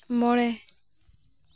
ᱢᱚᱬᱮ